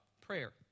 prayer